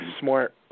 smart